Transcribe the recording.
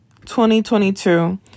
2022